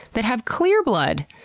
that have clear blood!